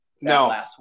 No